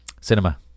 cinema